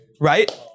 right